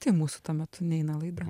tai mūsų tuo metu neina laida